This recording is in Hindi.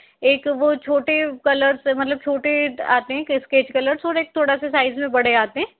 एक वो छोटे कलर्स हैं मतलब छोटे आते हैं स्केच कलर्स और एक थोड़ा सा साइज़ में बड़े आते हैं